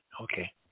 okay